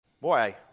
Boy